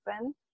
Open